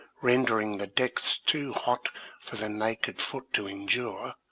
rendering the decks too hot for the naked foot to endure,